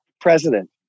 president